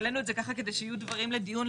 העלינו את זה ככה כדי שיהיו דברים לדיון,